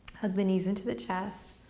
hug the knees into the chest.